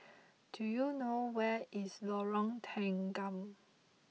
do you know where is Lorong Tanggam